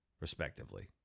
respectively